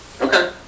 Okay